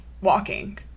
walking